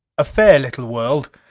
a fair little world.